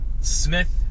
Smith